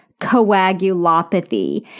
coagulopathy